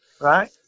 right